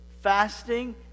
fasting